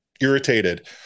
irritated